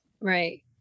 Right